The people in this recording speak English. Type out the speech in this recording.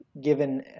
given